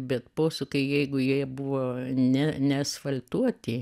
bet posūkiai jeigu jie buvo ne neasfaltuoti